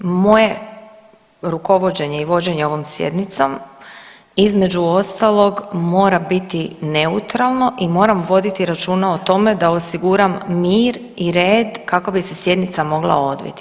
Moje rukovođenje i vođenje ovom sjednicom, između ostalog, mora biti neutralno i moram voditi računa o tome da osiguram mir i red kako bi se sjednica mogla odviti.